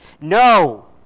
No